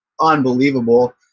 unbelievable